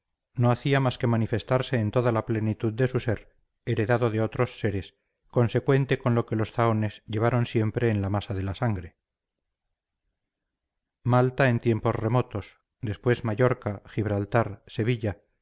no hacía más que manifestarse en toda la plenitud de su ser heredado de otros seres consecuente con lo que los zahones llevaron siempre en la masa de la sangre malta en tiempos remotos después mallorca gibraltar sevilla